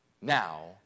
now